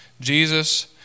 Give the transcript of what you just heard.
Jesus